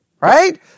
Right